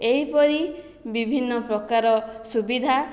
ଏହିପରି ବିଭିନ୍ନପ୍ରକାର ସୁବିଧା